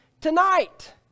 tonight